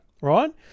Right